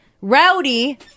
Rowdy